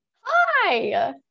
hi